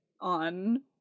on